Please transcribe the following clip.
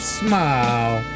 smile